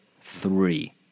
three